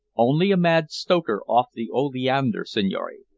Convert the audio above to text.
only a mad stoker off the oleander, signore.